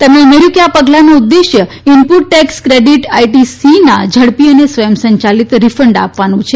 તેમણે ઉમેર્યું કે આ પગલાનો ઉદેશ ઇનપુટ ટેકસ કેડીટ આઇટીસીના ઝડપી અને સ્વંયસંચાલિત રીકંડ આપવાનો છે